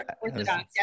Orthodox